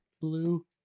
Blue